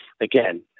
again